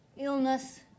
illness